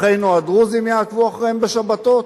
אחינו הדרוזים יעקבו אחריהן בשבתות?